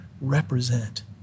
represent